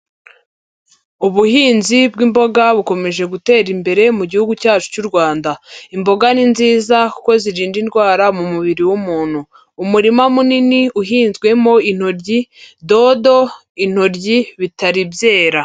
Ubuhinzi bw'imboga bukomeje gutera imbere mu gihugu cyacu cy'u Rwanda. Imboga ni nziza kuko zirinda indwara mu mubiri w'umuntu. Umurima munini uhinzwemo intoryi, dodo intoryi bitari byera.